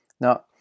Now